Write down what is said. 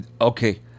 Okay